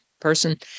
person